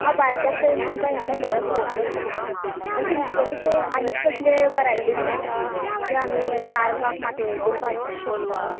हांव भायर सरता तेन्ना तुमका ह्या नंबरार फोन करता हा आनी तुमचेकडेन अशे आनी कसले वरायटी बीन आसा जे आमी अशे आर्काक माटोळेक बीन बांदपाक शकता